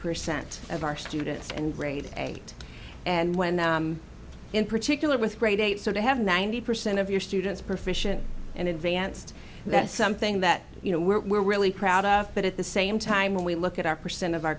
percent of our students and grade eight and when in particular with grade eight so they have ninety percent of your students proficiency in advanced that's something that you know we're really proud of but at the same time when we look at our percent of our